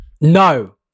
No